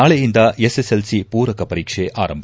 ನಾಳೆಯಿಂದ ಎಸ್ಎಸ್ಎಲ್ಸಿ ಮೂರಕ ಪರೀಕ್ಷೆ ಆರಂಭ